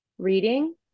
reading